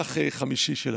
לקח חמישי שלמדתי,